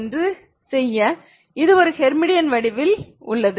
என்று செய்ய இது ஒரு ஹெர்மிடியன் வடிவில் உள்ளது